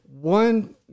One